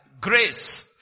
grace